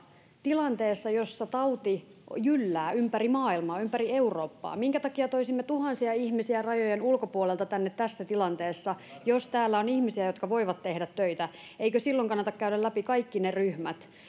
tilanteessa jossa tauti jyllää ympäri maailmaa ympäri eurooppaa minkä takia toisimme tuhansia ihmisiä rajojen ulkopuolelta tänne tässä tilanteessa jos täällä on ihmisiä jotka voivat tehdä töitä eikö silloin kannata käydä läpi kaikki ne ryhmät